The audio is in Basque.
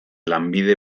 lanbide